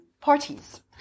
parties